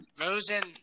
Rosen